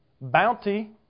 bounty